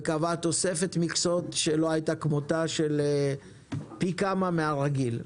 וקבעה תוספת מכסות שלא היתה כמותה של פי כמה מהרגיל.